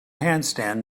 handstand